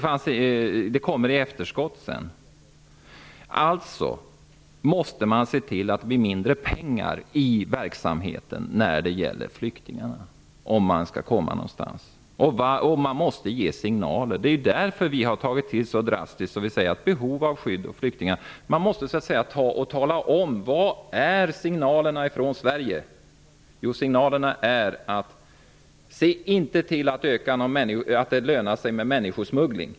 Man måste alltså se till att det blir mindre pengar i verksamheten när det gäller flyktingarna om man skall komma någonstans. Man måste ge signaler. Det är därför som vi har tagit i så drastiskt som att säga att man måste tala om vilka signaler Sverige ger, nämligen att det inte lönar sig med människosmuggling.